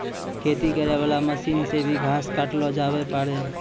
खेती करै वाला मशीन से भी घास काटलो जावै पाड़ै